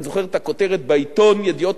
אני זוכר את הכותרת בעיתון "ידיעות